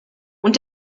und